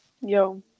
Yo